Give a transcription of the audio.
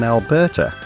Alberta